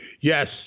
Yes